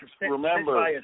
remember